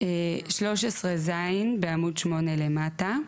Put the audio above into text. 13 ז' בעמוד 8 למטה.